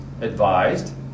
advised